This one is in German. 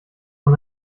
von